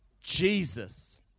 Jesus